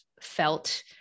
felt